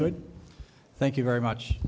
good thank you very much